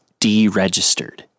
deregistered